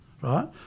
right